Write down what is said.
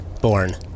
born